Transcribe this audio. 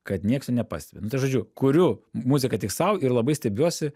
kad nieks jo nepastebi nu tai žodžiu kuriu muziką tik sau ir labai stebiuosi